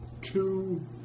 two